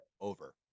over